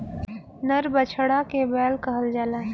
नर बछड़ा के बैल कहल जाला